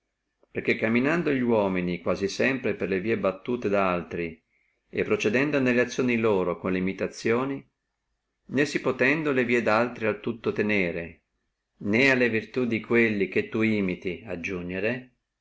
perché camminando li uomini quasi sempre per le vie battute da altri e procedendo nelle azioni loro con le imitazioni né si potendo le vie daltri al tutto tenere né alla virtù di quelli che tu imiti aggiugnere